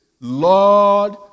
Lord